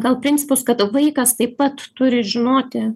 gal principus kad vaikas taip pat turi žinoti